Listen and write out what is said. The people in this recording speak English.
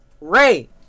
Ray